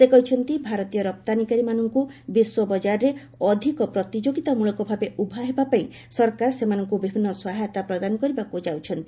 ସେ କହିଛନ୍ତି ଭାରତୀୟ ରପ୍ତାନୀକାରୀମାନଙ୍କୁ ବିଶ୍ୱ ବଜାରରେ ଅଧିକ ପ୍ରତିଯୋଗୀତାମୂଳକ ଭାବେ ଉଭା ହେବା ପାଇଁ ସରକାର ସେମାନଙ୍କୁ ବିଭିନ୍ନ ସହାୟତା ପ୍ରଦାନ କରିବାକୁ ଯାଉଛନ୍ତି